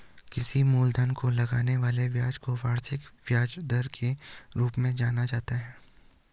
किसी मूलधन पर लगने वाले ब्याज को वार्षिक ब्याज दर के रूप में जाना जाता है